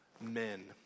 men